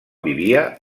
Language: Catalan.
vivia